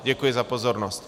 Děkuji za pozornost.